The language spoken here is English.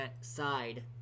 side